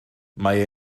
mae